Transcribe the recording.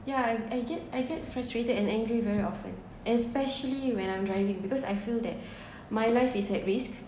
yeah I get I get frustrated and angry very often especially when I'm driving because I feel that my life is at risk